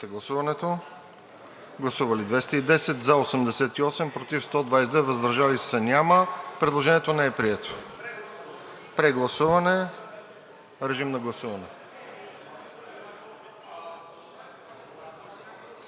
народни представители: за 88, против 122, въздържали се няма. Предложението не е прието. Прегласуване. Режим на гласуване.